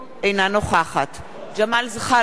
אינה נוכחת ג'מאל זחאלקה,